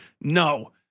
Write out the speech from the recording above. No